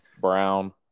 Brown